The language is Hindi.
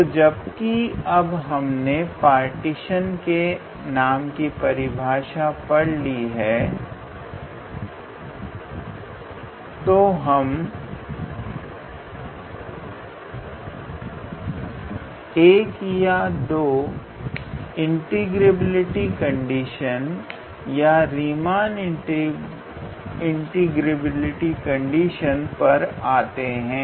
तो जबकि अब हमने पार्टीशन के नॉर्म की परिभाषा पढ़ ली है तो अब हम 1 या 2 इंटीग्रेबिलिटी कंडीशन या रीमान इंटीग्रेबिलिटी कंडीशन पर आते हैं